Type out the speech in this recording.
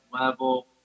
level